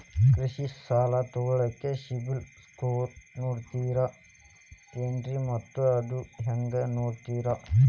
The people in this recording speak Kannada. ಕೃಷಿ ಸಾಲ ತಗೋಳಿಕ್ಕೆ ಸಿಬಿಲ್ ಸ್ಕೋರ್ ನೋಡ್ತಾರೆ ಏನ್ರಿ ಮತ್ತ ಅದು ಹೆಂಗೆ ನೋಡ್ತಾರೇ?